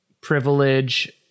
privilege